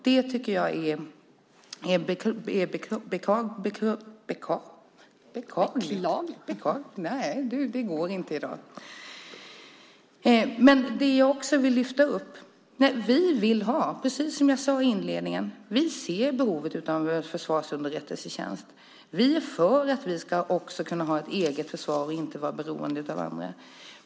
Det är beklagligt. Som jag sade i inledningen ser vi behovet av en försvarsunderrättelsetjänst. Vi är för att vi också ska kunna ha ett eget försvar och inte vara beroende av andra.